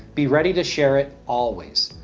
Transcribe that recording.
be ready to share it always.